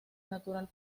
natural